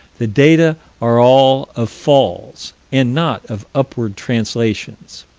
the data are all of falls and not of upward translations.